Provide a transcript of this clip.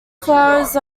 flowers